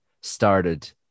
started